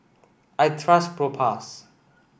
I trust Propass